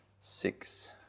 six